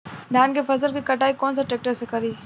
धान के फसल के कटाई कौन सा ट्रैक्टर से करी?